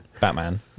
Batman